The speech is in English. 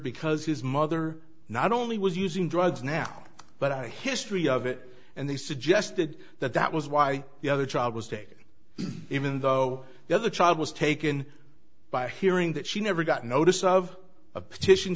because his mother not only was using drugs now but i history of it and they suggested that that was why the other child was taken even though the other child was taken by hearing that she never got a notice of a petition